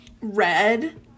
red